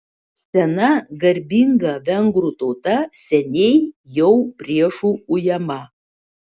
sena garbinga vengrų tauta seniai jau priešų ujama